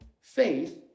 faith